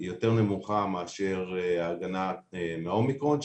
היא יותר נמוכה מאשר ההגנה מהאומיקרון,